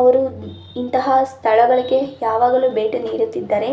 ಅವರು ಇಂತಹ ಸ್ಥಳಗಳಿಗೆ ಯಾವಾಗಲೂ ಭೇಟಿ ನೀಡುತ್ತಿದ್ದರೆ